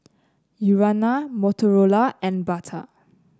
Urana Motorola and Bata